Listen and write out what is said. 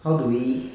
how do we